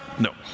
No